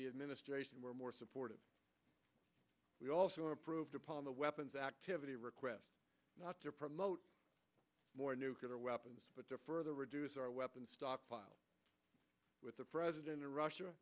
the administration were more supportive we also improved upon the weapons activity requests not to promote more nuclear weapons but to further reduce our weapons stockpile with the president or russia